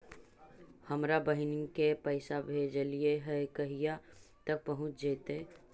हमरा बहिन के पैसा भेजेलियै है कहिया तक पहुँच जैतै?